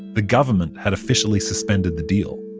the government had officially suspended the deal